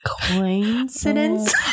Coincidence